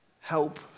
help